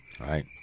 right